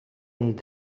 nit